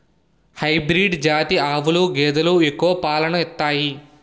hybrid జాతి ఆవులు గేదెలు ఎక్కువ పాలను ఇత్తాయి